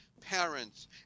parents